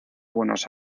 buenos